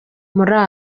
muri